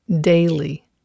daily